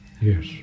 yes